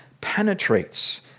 penetrates